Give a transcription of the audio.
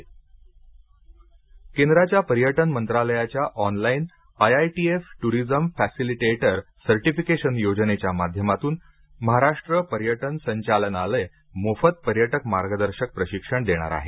tourist guide केंद्राच्या पर्यटन मंत्रालयाच्या online IITF tourism facilitator certification योजनेच्या माध्यमातून महाराष्ट्र पर्यटन संचालनालय मोफत पर्यटक मार्गदर्शक प्रशिक्षण देणार आहे